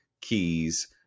keys